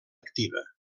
activa